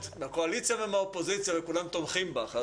מהקואליציה ומהאופוזיציה וכולם תומכים בך.